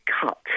cut